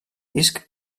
disc